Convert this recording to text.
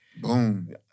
Boom